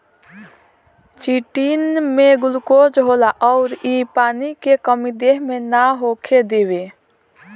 chitin में glucose होला अउर इ पानी के कमी देह मे ना होखे देवे